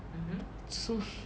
so